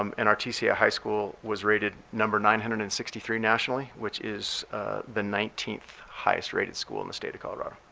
um and our tca high school was rated number nine hundred and sixty three nationally, which is the nineteenth highest rated school in the state of colorado.